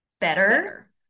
better